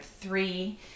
three